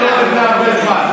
איך אתם,